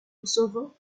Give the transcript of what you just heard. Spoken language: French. kosovo